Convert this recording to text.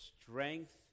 strength